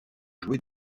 joué